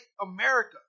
America